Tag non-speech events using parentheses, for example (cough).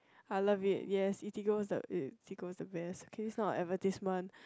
I love it yes Eatigo is the (noise) Eatigo is the best okay it's not a advertisement